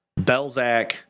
Belzac